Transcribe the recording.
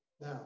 Now